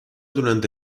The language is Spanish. durante